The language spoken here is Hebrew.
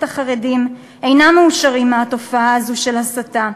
החרדים אינם מאושרים מהתופעה הזו של ההסתה,